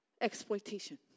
exploitation